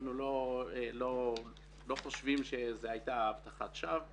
אנחנו לא חושבים שזו הייתה הבטחת שווא.